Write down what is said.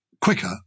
quicker